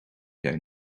jij